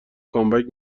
کامبک